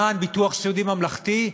למען ביטוח סיעודי ממלכתי,